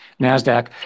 NASDAQ